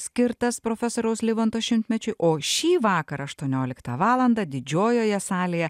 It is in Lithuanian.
skirtas profesoriaus livonto šimtmečiui o šį vakarą aštuonioliktą valandą didžiojoje salėje